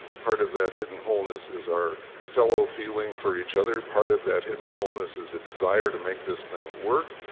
part of that hidden wholeness is our fellow feeling for each other, part of that hidden wholeness is a desire to make this thing work,